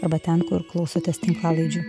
arba ten kur klausotės tinklalaidžių